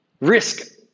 risk